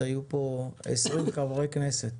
היו פה 20 חברי כנסת.